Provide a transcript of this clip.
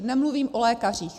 Nemluvím o lékařích.